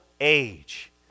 age